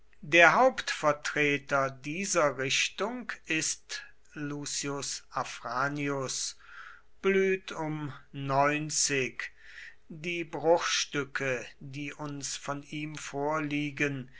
der hauptvertreter dieser richtung ist lucius afranius die bruchstücke die uns von ihm vorliegen